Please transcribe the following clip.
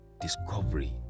discovery